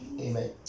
Amen